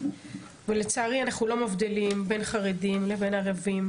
ולצערי אנחנו לא מבדילים בין חרדים לבין ערבים,